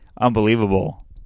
unbelievable